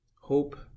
hope